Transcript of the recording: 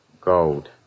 Gold